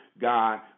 God